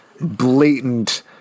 blatant